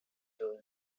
those